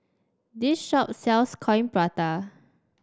this shop sells Coin Prata